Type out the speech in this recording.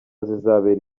zizabera